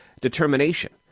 determination